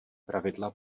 pravidla